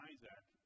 Isaac